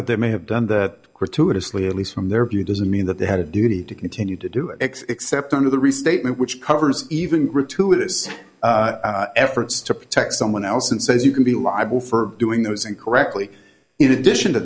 that they may have done that gratuitously at least from their view doesn't mean that they had a duty to continue to do x except under the restatement which covers even gratuitous efforts to protect someone else and says you can be libel for doing those and correctly in addition to